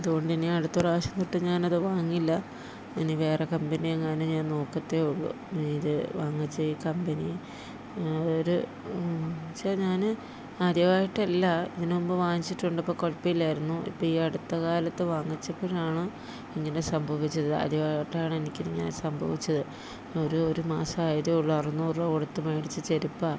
അതുകൊണ്ടിനി അടുത്ത പ്രാവശ്യം തൊട്ട് ഞാനത് വാങ്ങില്ല ഇനി വേറെ കമ്പനിയങ്ങനെ ഞാൻ നോക്കത്തേയുള്ളൂ ഇത് വാങ്ങിച്ച് ഈ കമ്പനി ഒരു വെച്ചാൽ ഞാൻ ആദ്യമായിട്ടല്ല ഇതിന് മുമ്പ് വാങ്ങിച്ചിട്ടുണ്ട് അപ്പം കുഴപ്പം ഇല്ലായിരുന്നു ഇപ്പം ഈ അടുത്ത കാലത്ത് വാങ്ങിച്ചപ്പോഴാണ് ഇങ്ങനെ സംഭവിച്ചത് ആദ്യമായിട്ടാണെനിക്ക് ഇങ്ങനെ സംഭവിച്ചത് ഒരു ഒരു മാസം ആയതേ ഉള്ളൂ അറുന്നൂറ് രൂപ കൊടുത്ത് വേടിച്ച ചെരുപ്പാ